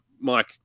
Mike